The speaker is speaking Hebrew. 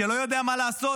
שלא יודע מה לעשות,